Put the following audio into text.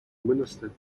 ministered